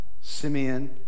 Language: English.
Simeon